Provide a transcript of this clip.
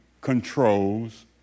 controls